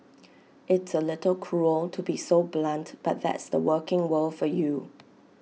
it's A little cruel to be so blunt but that's the working world for you